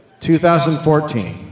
2014